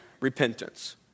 repentance